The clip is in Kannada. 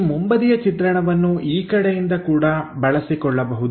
ಈ ಮುಂಬದಿಯ ಚಿತ್ರಣವನ್ನು ಈ ಕಡೆಯಿಂದ ಕೂಡ ಬಳಸಿಕೊಳ್ಳಬಹುದು